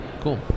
cool